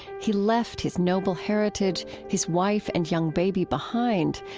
he left his noble heritage, his wife, and young baby behind.